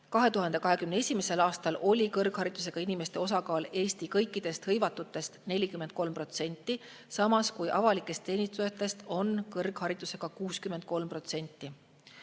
2021. aastal oli kõrgharidusega inimeste osakaal Eesti kõikidest hõivatutest 43%, samas avalikest teenistujatest on kõrgharidusega 63%.